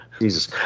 Jesus